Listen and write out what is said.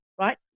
right